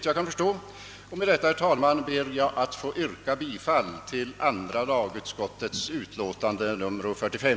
Jag ber med detta, herr talman, att få yrka bifall till hemställan i andra lagutskottets utlåtande nr 45.